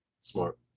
Smart